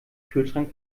kühlschrank